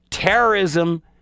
terrorism